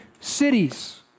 cities